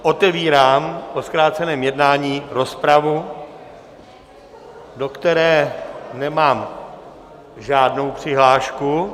Otevírám o zkráceném jednání rozpravu, do které nemám žádnou přihlášku.